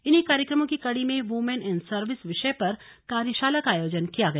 इन्हीं कार्यक्रमों की कड़ी में व्रमेन इन सर्विस विषय पर कार्यशाला का आयोजन किया गया